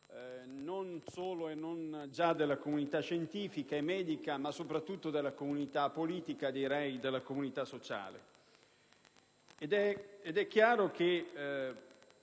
non solo e non già della comunità scientifica e medica, ma soprattutto della comunità politica e sociale,